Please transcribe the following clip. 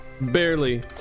barely